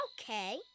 Okay